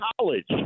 college